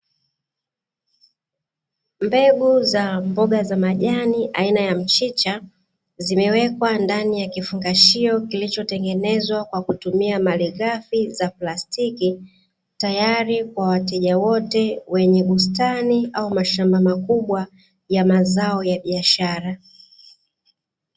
Mbegu za mboga za majani aina ya mchicha zimewekwa ndani ya kifungashio kilichotengenezwa kwa kutumia malighafi za plastiki, tayari kwa wateja wote wenye bustani au mashamba makubwa ya mazao ya biashara.